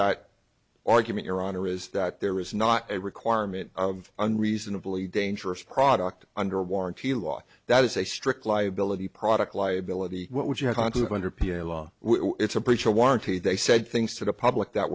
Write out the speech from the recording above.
that argument your honor is that there is not a requirement of unreasonably dangerous product under warranty law that is a strict liability product liability what would you have gone to one hundred pm law it's a preach a warranty they said things to the public that